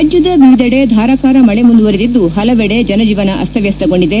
ರಾಜ್ಯದ ವಿವಿಧೆದೆ ಧಾರಾಕಾರ ಮಳೆ ಮುಂದುವರೆದಿದ್ದು ಹಲವೆಡೆ ಜನಜೀವನ ಅಸ್ತವ್ಯಸಗೊಂಡಿದೆ